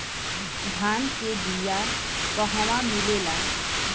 धान के बिया कहवा मिलेला?